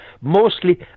Mostly